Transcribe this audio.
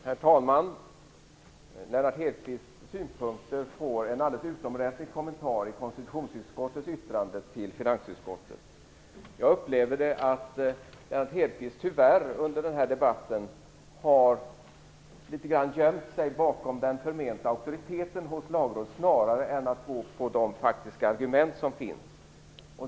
Herr talman! Lennart Hedquists synpunkter får en alldeles utomordentlig kommentar i konstitutionsutskottets yttrande till finansutskottet. Jag upplever det så att Lennart Hedquist under debatten tyvärr har gömt sig litet grand bakom den förmenta auktoriteten hos Lagrådet snarare än att använda sig av faktiska argument.